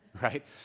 right